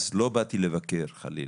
לא באתי לבקר חלילה,